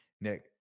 Nick